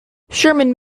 sherman